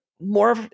more